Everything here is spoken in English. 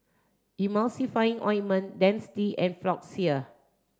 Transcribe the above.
Emulsying Ointment Dentiste and Floxia